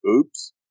Oops